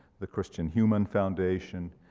the christian human foundation,